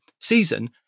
season